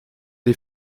des